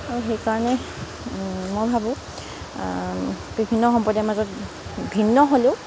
আৰু সেইকাৰণে মই ভাবোঁ বিভিন্ন সম্প্ৰদায়ৰ মাজত ভিন্ন হ'লেও